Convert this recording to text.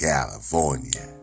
California